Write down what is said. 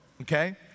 okay